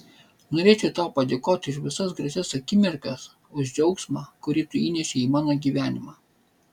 norėčiau tau padėkoti už visas gražias akimirkas už džiaugsmą kurį tu įnešei į mano gyvenimą